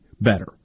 better